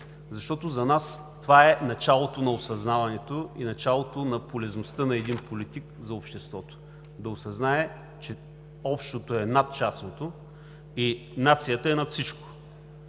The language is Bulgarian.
защото за нас това е началото на осъзнаването и началото на полезността на един политик за обществото – да осъзнае, че общото е над частното и нацията е над всичко.